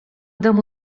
domu